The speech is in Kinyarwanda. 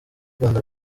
rwanda